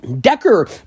Decker